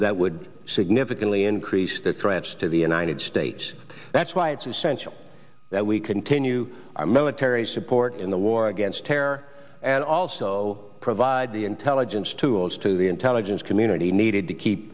that would significantly increase the threats to the united states that's why it's essential that we continue our military support in the war against terror and also provide the intelligence tools to the intelligence community needed to keep